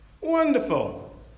Wonderful